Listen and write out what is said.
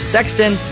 Sexton